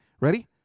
Ready